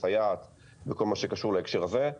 שמסייעת בכל מה שקשור לזה.